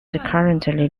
currently